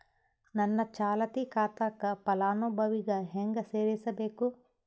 ನನ್ನ ಚಾಲತಿ ಖಾತಾಕ ಫಲಾನುಭವಿಗ ಹೆಂಗ್ ಸೇರಸಬೇಕು?